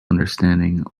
understanding